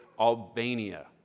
Albania